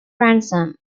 ransom